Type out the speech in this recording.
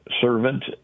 servant